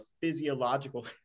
physiological